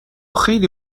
خیلی